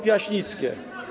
Piaśnickie.